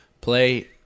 play